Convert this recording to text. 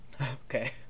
Okay